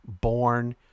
born